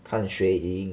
看谁赢